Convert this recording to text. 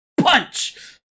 punch